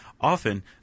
often